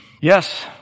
Yes